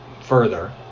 further